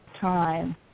time